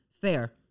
fair